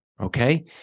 Okay